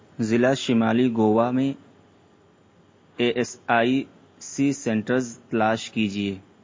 ضلع شمالی گووا میں A S I C centres تلاش کیجیے